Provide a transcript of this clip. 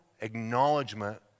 acknowledgement